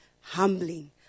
humbling